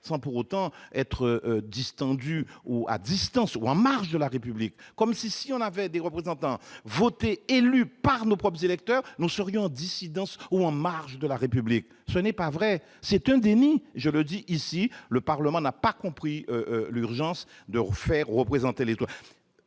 sans pour autant être à distance ni en marge de la République ! Comme si avoir des représentants élus par nos propres électeurs nous mettait en dissidence ou en marge de la République ... Ce n'est pas vrai, c'est un déni ! Je le dis ici, le Parlement n'a pas compris l'urgence qu'il y a à faire représenter les